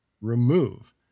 remove